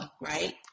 right